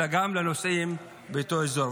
אלא גם לנוסעים באותו אזור.